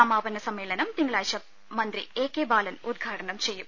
സമാപന സമ്മേളനും തിങ്കളാഴ്ച മന്ത്രി എകെ ബാലൻ ഉദ്ഘാടനം ചെയ്യും